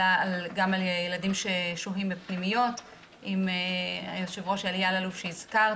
אלא גם על ילדים ששוהים בפנימיות עם היו"ר אלי אלאלוף שהזכרת